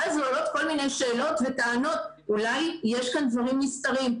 ואז עולות כל מיני שאלות וטענות אולי יש כאן דברים נסתרים.